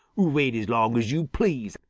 wait as long as yo' please.